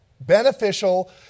Beneficial